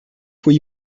faut